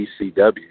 ECW